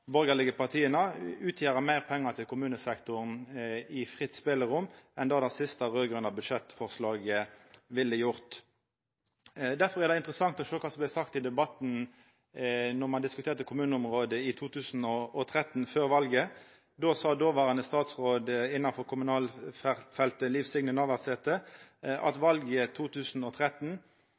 borgarlege partia, utgjera meir pengar til kommunesektoren i fritt spelerom enn det det siste raud-grøne budsjettforslaget ville gjort. Difor er det interessant å sjå kva som vart sagt i debatten då ein diskuterte kommuneområdet i 2013, før valet. Då sa dåverande statsråd på kommunalfeltet, Liv Signe Navarsete, at valet i 2013